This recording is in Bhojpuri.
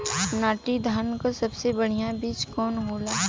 नाटी धान क सबसे बढ़िया बीज कवन होला?